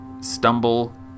stumble